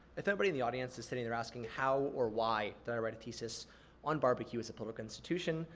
if anybody in the audience is sitting there asking how or why did i write a thesis on barbecue as a political institution,